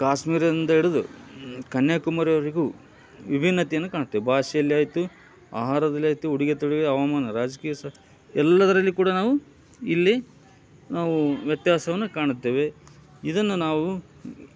ಕಾಶ್ಮೀರದಿಂದ ಹಿಡಿದು ಕನ್ಯಾಕುಮಾರಿವರೆಗೂ ವಿಭಿನ್ನತೆಯನ್ನ ಕಾಣುತ್ತೆ ಭಾಷೆಯಲ್ಲಿ ಆಯಿತು ಆಹಾರದಲ್ಲಿ ಆಯಿತು ಉಡುಗೆ ತೊಡುಗೆ ಹವಾಮಾನ ರಾಜಕೀಯ ಸ್ ಎಲ್ಲದರಲ್ಲಿ ಕೂಡ ನಾವು ಇಲ್ಲಿ ನಾವು ವ್ಯತ್ಯಾಸವನ್ನ ಕಾಣುತ್ತೇವೆ ಇದನ್ನ ನಾವು